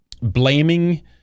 blaming